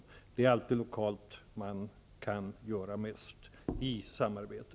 Det är alltid lokalt som man kan göra mest i samarbete.